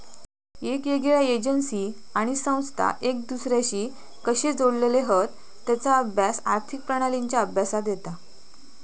येगयेगळ्या एजेंसी आणि संस्था एक दुसर्याशी कशे जोडलेले हत तेचा अभ्यास आर्थिक प्रणालींच्या अभ्यासात येता